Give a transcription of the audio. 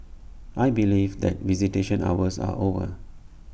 I believe that visitation hours are over